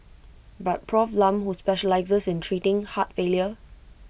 but Prof Lam who specialises in treating heart failure